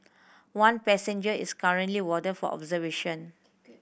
one passenger is currently warded for observation